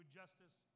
justice